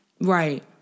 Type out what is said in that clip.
Right